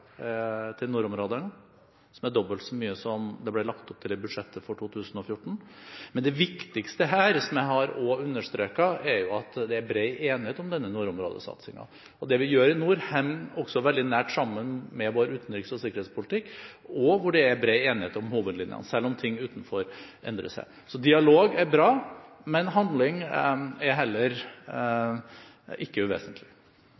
til nordområdene, som er dobbelt så mye som det ble lagt opp til i budsjettet for 2014. Men det viktigste her – som jeg også har understreket – er at det er bred enighet om denne nordområdesatsingen. Det vi gjør i nord, henger også veldig nært sammen med vår utenriks- og sikkerhetspolitikk, hvor det også er bred enighet om hovedlinjene, selv om ting utenfor endrer seg. Så dialog er bra, men handling er heller ikke uvesentlig.